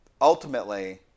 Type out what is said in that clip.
ultimately